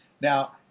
Now